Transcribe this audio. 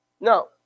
Now